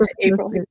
April